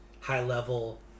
high-level